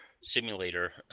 simulator